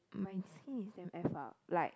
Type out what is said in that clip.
my skin is damn F up like